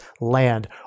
land